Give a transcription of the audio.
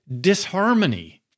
disharmony